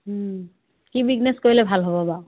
কি বিজনেছ কৰিলে ভাল হ'ব বাৰু